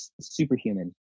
superhuman